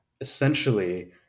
essentially